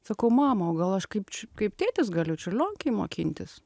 sakau mama o gal aš kaip čia kaip tėtis galiu čiurlionkėj mokintis